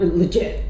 legit